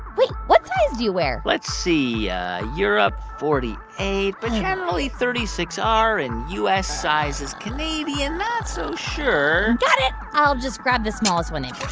wait. what size do you wear? let's see. yeah europe forty eight but generally thirty six r in u s. sizes. canadian not so sure got it. i'll just grab the smallest one they've